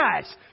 guys